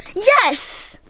yes!